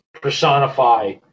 personify